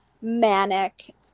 manic